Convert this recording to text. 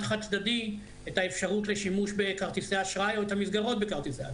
חד-צדדי את האפשרות לשימוש בכרטיסי אשראי או את המסגרות בכרטיסי אשראי.